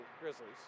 Grizzlies